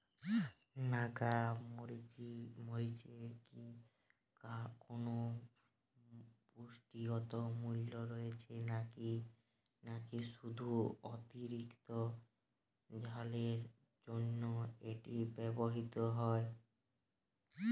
নাগা মরিচে কি কোনো পুষ্টিগত মূল্য রয়েছে নাকি শুধু অতিরিক্ত ঝালের জন্য এটি ব্যবহৃত হয়?